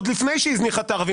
עוד לפני שהיא הזניחה את הערבים.